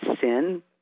sin